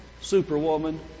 superwoman